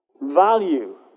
value